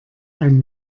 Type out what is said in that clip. ein